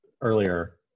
earlier